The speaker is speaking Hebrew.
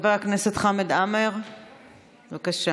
חבר הכנסת חמד עמאר, בבקשה.